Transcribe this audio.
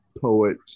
poet